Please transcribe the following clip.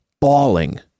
bawling